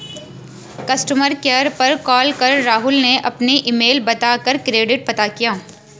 customer care पर call कर राहुल ने अपना ईमेल बता कर क्रेडिट पता किया